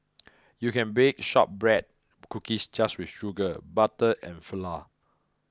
you can bake Shortbread Cookies just with sugar butter and flour